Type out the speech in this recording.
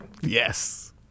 Yes